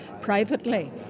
privately